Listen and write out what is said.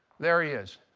there he is.